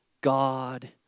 God